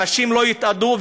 אנשים לא יתאדו,